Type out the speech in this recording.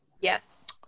Yes